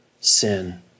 sin